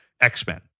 X-Men